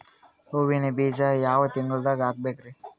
ಹೂವಿನ ಬೀಜ ಯಾವ ತಿಂಗಳ್ದಾಗ್ ಹಾಕ್ಬೇಕರಿ?